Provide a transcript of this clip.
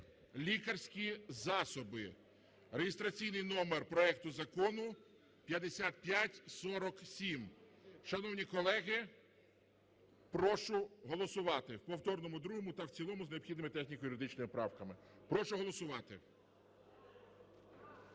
лікарські засоби (реєстраційний номер проекту Закону 5547). Шановні колеги, прошу голосувати в повторному другому та в цілому з необхідними техніко-юридичними правками. Прошу голосувати.